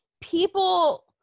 people